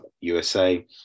USA